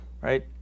right